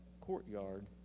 courtyard